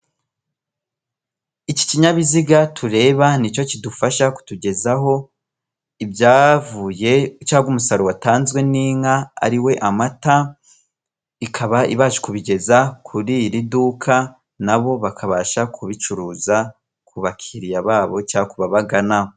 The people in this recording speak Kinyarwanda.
Iki kinyabiziga tureba ni cyo kidufasha kutugezaho ibyavuye cyangwa umusaruro watanzwe n'inka ari we amata, ikaba ibasha kubigeza kuri iri duka, na bo bakabasha kubicuruza ku bakiriya babo cyangwa ku babagana.